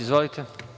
Izvolite.